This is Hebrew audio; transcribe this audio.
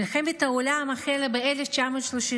מלחמת העולם החלה ב-1939.